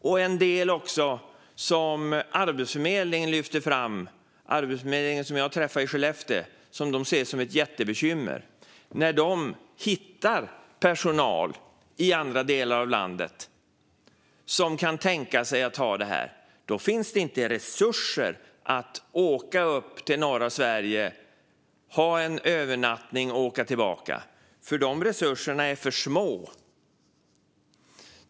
Det finns också en del som Arbetsförmedlingen i Skellefteå lyfte fram när jag träffade dem och som de ser som ett jättebekymmer: När de hittar personal i andra delar av landet som kan tänka sig att ta jobb där uppe finns det inte resurser för dem att åka upp till norra Sverige, göra en övernattning och åka tillbaka. De resurserna är nämligen för små.